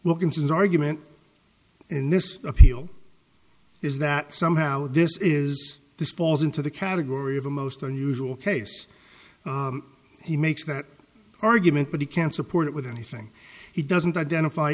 wilkinson's argument in this appeal is that somehow this is this falls into the category of a most unusual case he makes that argument but he can't support it with anything he doesn't identify